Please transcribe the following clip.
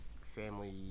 family